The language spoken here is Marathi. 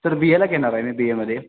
सर बी एला घेणार आहे मी बी एमध्ये